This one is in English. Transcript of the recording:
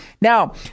Now